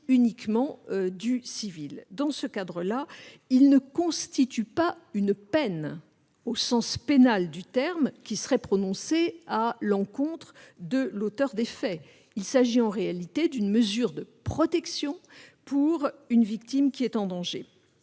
ou en post-sentenciel -, ne constitue pas une peine au sens pénal du terme, qui serait prononcée à l'encontre de l'auteur des faits. Il s'agit en réalité d'une mesure de protection envers une victime en danger.